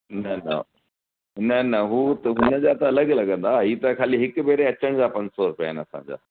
न न न न हू त हुन जा त अलॻि लॻंदा ई त ख़ाली हिकु भेरो अचण जा पंज सौ रुपया आहिनि असांजा